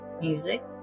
music